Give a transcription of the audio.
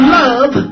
love